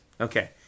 Okay